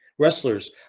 Wrestlers